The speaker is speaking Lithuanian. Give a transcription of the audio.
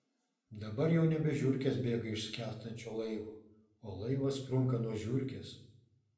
dabar jau nebe žiurkės bėga iš skęstančio laivo o laivas sprunka nuo žiurkės